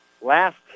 last